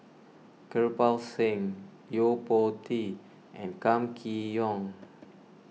Kirpal Singh Yo Po Tee and Kam Kee Yong